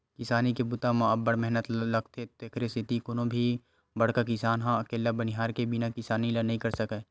किसानी के बूता म अब्ब्ड़ मेहनत लोगथे तेकरे सेती कोनो भी बड़का किसान ह अकेल्ला बनिहार के बिना किसानी ल नइ कर सकय